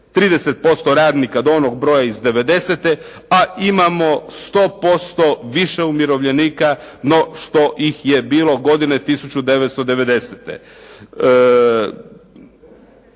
30% radnika do onog broja iz devedesete, a imamo 100% više umirovljenika no što ih je bilo godine 1990.